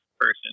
person